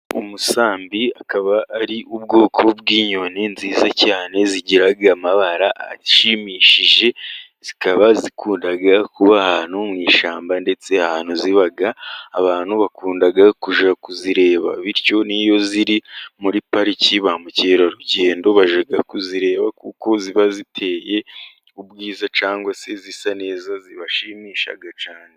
Umusambi akaba ari ubwoko bw'inyoni nziza cyane zigira amabara ashimishije. Zikaba zikunda kuba ahantu mu ishyamba, ndetse ahantu ziba abantu bakunda kujya kuzireba, bityo n'iyo ziri muri pariki ba mukerarugendo bajya kuzireba, kuko ziba ziteye ubwiza cyangwa se zisa neza, zibashimisha cyane.